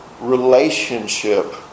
relationship